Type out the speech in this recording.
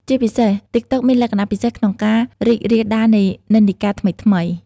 ជាពិសេស ទីកតុកមានលក្ខណៈពិសេសក្នុងការ រីករាលដាលនៃនិន្នាការថ្មីៗ។